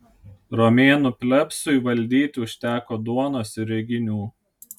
romėnų plebsui valdyti užteko duonos ir reginių